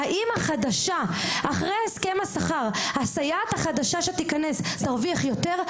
האם הסייעת החדשה אחרי הסכם השכר תרוויח יותר?